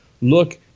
Look